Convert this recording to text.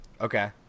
Okay